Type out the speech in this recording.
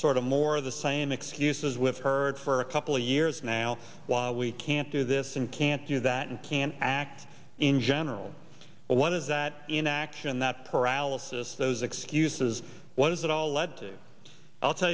sort of more of the same excuses with heard for a couple of years now why we can't do this and can't do that and can't act in general but what does that inaction that paralysis those excuses what does it all lead to i'll tell